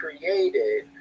created